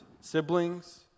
siblings